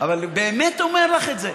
אבל אני באמת אומר לך את זה: